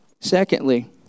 Secondly